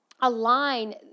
align